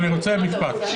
אני רוצה להגיד משפט.